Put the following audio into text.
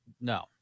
no